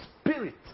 spirit